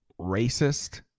racist